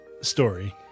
story